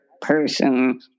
person